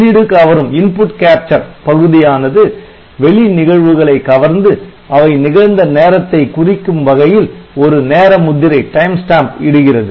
உள்ளிடு கவரும் பகுதியானது வெளி நிகழ்வுகளை கவர்ந்து அவை நிகழ்ந்த நேரத்தை குறிக்கும் வகையில் ஒரு நேர முத்திரை இடுகிறது